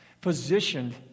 positioned